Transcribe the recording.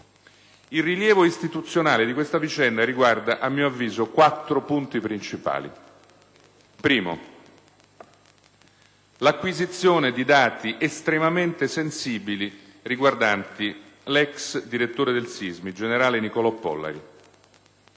Il rilievo istituzionale di questa vicenda riguarda, a mio avviso, quattro punti principali. In primo luogo, l'acquisizione di dati estremamente sensibili riguardanti l'ex direttore del SISMI, il generale Nicolò Pollari.